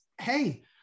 hey